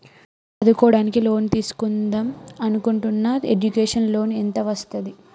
చదువుకోవడానికి లోన్ తీస్కుందాం అనుకుంటున్నా ఎడ్యుకేషన్ లోన్ ఎంత వస్తది?